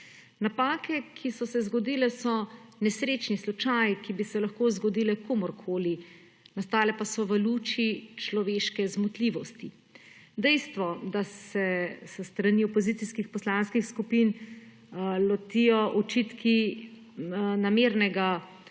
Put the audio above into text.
Napake, ki so se zgodile so nesrečni slučaj, ki bi se lahko zgodile komurkoli, nastale pa so v luči človeške zmotljivosti. Dejstvo, da se s strani opozicijskih poslanskih skupin letijo očitki namernega